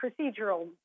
procedural